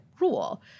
rule